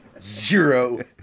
Zero